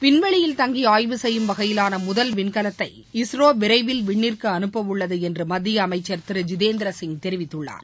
விண்வெளியில் தங்கி ஆய்வு செய்யும் வகையிலான முதல் விண்கலத்தை இஸ்ரோ விரைவில் விண்ணிற்கு அனுப்பவுள்ளது என்று மத்திய அமைச்சர் திரு ஜிதேந்திரா சிங் தெரிவித்துள்ளார்